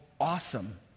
awesome